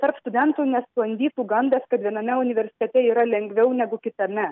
tarp studentų nesklandytų gandas kad viename universitete yra lengviau negu kitame